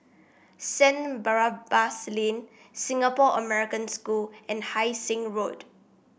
Saint Barnabas Lane Singapore American School and Hai Sing Road